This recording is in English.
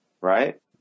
Right